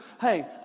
Hey